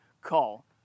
call